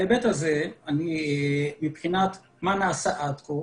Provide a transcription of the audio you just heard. בהיבט הזה מבחינת מה נעשה עד כה,